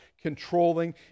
controlling